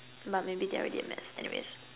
but maybe they're already a mess anyways